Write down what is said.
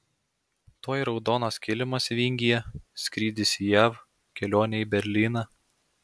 tuoj raudonas kilimas vingyje skrydis į jav kelionė į berlyną